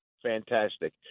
fantastic